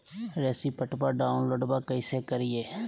रेसिप्टबा डाउनलोडबा कैसे करिए?